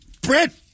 Brett